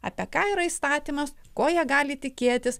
apie ką yra įstatymas ko jie gali tikėtis